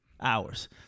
hours